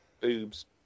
boobs